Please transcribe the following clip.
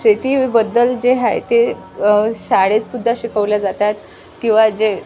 शेतीबद्दल जे आहे ते शाळेतसुद्धा शिकवल्या जातात किंवा जे